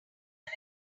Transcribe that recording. are